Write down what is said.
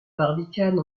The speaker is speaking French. barbicane